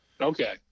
Okay